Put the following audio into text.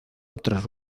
otras